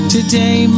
Today